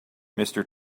mister